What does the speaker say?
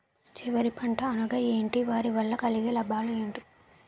చివరి పంట అనగా ఏంటి వాటి వల్ల కలిగే లాభాలు ఏంటి